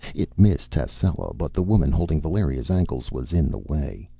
it missed tascela but the woman holding valeria's ankles was in the way.